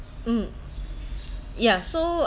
mm yeah so